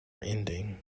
ending